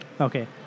Okay